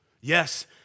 Yes